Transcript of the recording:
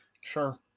Sure